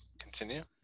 continue